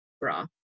bra